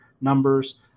numbers